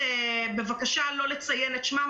מעובדי משרד החינוך שביקשו שלא נציין את שמם,